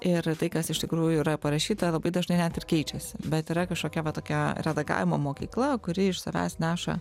ir tai kas iš tikrųjų yra parašyta labai dažnai net ir keičiasi bet yra kažkokia va tokia redagavimo mokykla kuri iš savęs neša